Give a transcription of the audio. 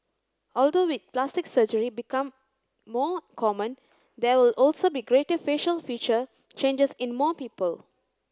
although with plastic surgery become more common there will also be greater facial feature changes in more people